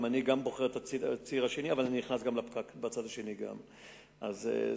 אני אבדוק את הנושא,